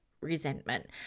resentment